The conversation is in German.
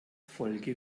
folge